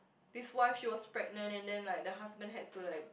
this wife she was pregnant and then like the husband had to like